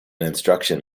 instruction